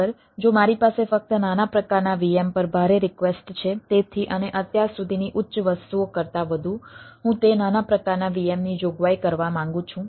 જો મારી પાસે ફક્ત નાના પ્રકારના VM પર ભારે રિક્વેસ્ટ છે તેથી અને અત્યાર સુધીની ઉચ્ચ વસ્તુઓ કરતાં વધુ હું તે નાના પ્રકારના VMની જોગવાઈ કરવા માંગુ છું